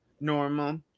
normal